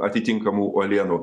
atitinkamų uolienų